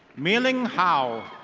mei ling how.